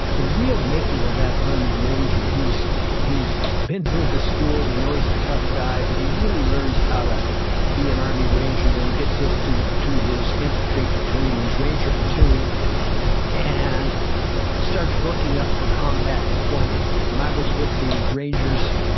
the real making of that army ranger, he's he's been through the school, we know he's a tough guy, guy, but he really learns how to be an army ranger when he gets this to to his infantry platoon, his ranger platoon and starts working up for combat deployment when i was with the rangers,